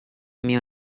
mio